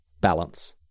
balance